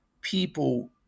people